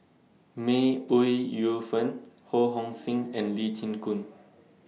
May Ooi Yu Fen Ho Hong Sing and Lee Chin Koon